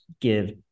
give